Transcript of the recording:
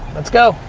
let's go,